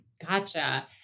Gotcha